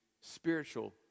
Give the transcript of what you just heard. spiritual